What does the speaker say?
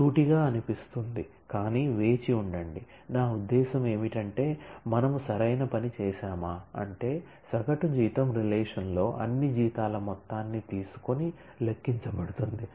సూటిగా అనిపిస్తుంది కానీ వేచి ఉండండి నా ఉద్దేశ్యం ఏమిటంటే మనము సరైన పని చేసామా అంటే సగటు జీతం రిలేషన్ లో అన్ని జీతాల మొత్తాన్ని తీసుకొని లెక్కించబడుతుంది